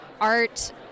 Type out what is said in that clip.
art